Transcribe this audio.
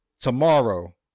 Tomorrow